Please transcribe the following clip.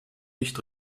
nicht